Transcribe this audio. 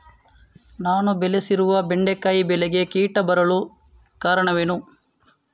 ನಾನು ಬೆಳೆಸಿರುವ ಬೆಂಡೆಕಾಯಿ ಬೆಳೆಗೆ ಕೀಟ ಬರಲು ಕಾರಣವೇನು?